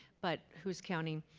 but who is counting.